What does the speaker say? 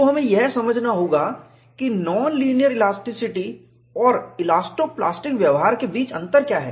तो हमें यह समझना होगा कि नॉन लीनियर इलास्टिसिटी और इलास्टो प्लास्टिक व्यवहार के बीच अंतर क्या है